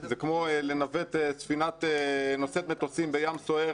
זה כמו לנווט ספינה נושאת מטוסים בים סוער